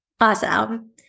Awesome